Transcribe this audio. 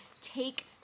Take